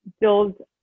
build